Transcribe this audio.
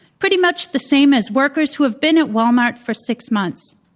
pretty much the same as workers who have been at walmart for six months.